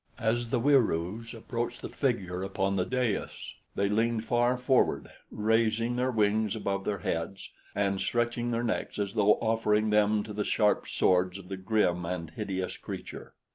as the wieroos approached the figure upon the dais, they leaned far forward, raising their wings above their heads and stretching their necks as though offering them to the sharp swords of the grim and hideous creature.